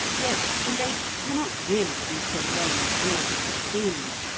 yet the lake cannot really be so long and broad as it seems,